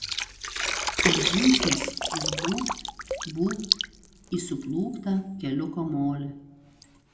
kas žingsnis vis būbt būbt į suplūktą keliuko molį